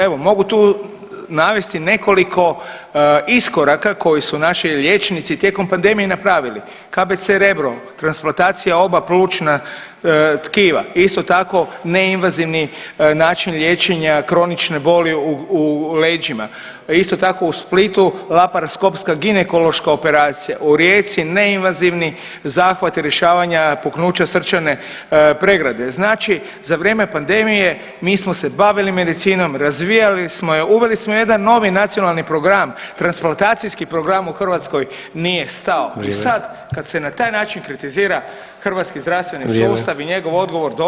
Evo mogu tu navesti nekoliko iskoraka koje su naši liječnici tijekom pandemije i napravili, KBC Rebro transplantacija oba plućna tkiva, isto tako neinvazivni način liječenja kronične boli u leđima, isto tako u Splitu laparaskopska ginekološka operacija, u Rijeci neinvazivni zahvat rješavanja puknuća srčane pregrade, znači za vrijeme pandemije mi smo se bavili medicinom, razvijali smo je, uveli smo jedan novi nacionalni program, transplantacijski program u Hrvatskoj nije stao i sad kad se na taj način kritizira hrvatski zdravstveni sustav [[Upadica: Vrijeme]] i njegov odgovor doista.